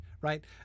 right